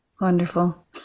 Wonderful